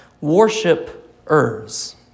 Worshipers